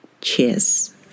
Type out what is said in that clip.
Cheers